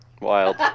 Wild